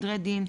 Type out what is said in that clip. סדרי דין,